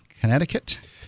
Connecticut